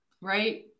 right